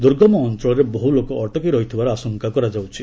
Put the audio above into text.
ଦୂର୍ଗମ ଅଞ୍ଚଳରେ ବହୁଲୋକ ଅଟକି ରହିଥିବାର ଆଶଙ୍କା କରାଯାଉଛି